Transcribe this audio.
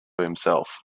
himself